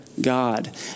God